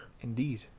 Indeed